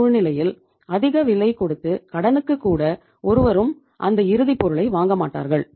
இந்த சூழ்நிலையில் அதிக விலை கொடுத்து கடனுக்கு கூட ஒருவரும் அந்த இறுதி பொருளை வாங்க மாட்டார்கள்